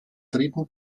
dritten